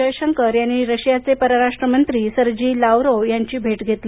जयशंकर यांनी रशियाचे परराष्ट्र मंत्री सर्जी लाव्हारोव्ह यांची भेट घेतली